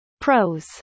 Pros